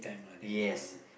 yes